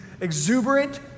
exuberant